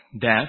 death